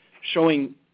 showing